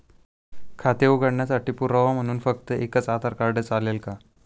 खाते उघडण्यासाठी पुरावा म्हणून फक्त एकच आधार कार्ड चालेल का?